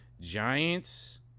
Giants